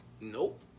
Nope